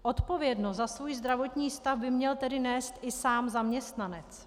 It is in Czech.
Odpovědnost za svůj zdravotní stav by měl tedy nést i sám zaměstnanec.